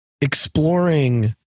exploring